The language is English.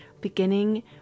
beginning